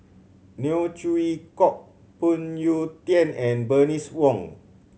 Neo Chwee Kok Phoon Yew Tien and Bernice Wong